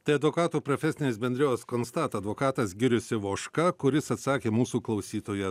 tai advokatų profesinės bendrijos konstata advokatas girius ivoška kuris atsakė mūsų klausytojams